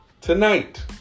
tonight